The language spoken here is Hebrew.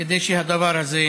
כדי שהדבר הזה